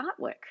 artwork